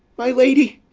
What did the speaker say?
my lady!